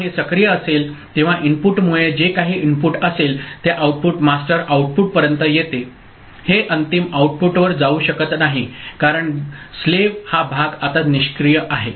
जेव्हा हे सक्रिय असेल तेव्हा इनपुटमुळे जे काही इनपुट असेल ते आउटपुट मास्टर आउटपुट पर्यंत येते हे अंतिम आउटपुटवर जाऊ शकत नाही कारण गुलामाचा स्लेव्ह हा भाग आता निष्क्रिय आहे